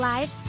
Live